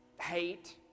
hate